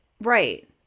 right